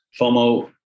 FOMO